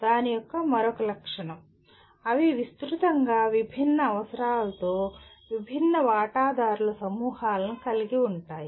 దాని యొక్క మరొక లక్షణం అవి విస్తృతంగా విభిన్న అవసరాలతో విభిన్న వాటాదారుల సమూహాలను కలిగి ఉంటాయి